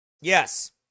Yes